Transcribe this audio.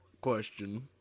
question